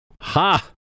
Ha